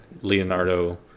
Leonardo